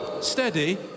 Steady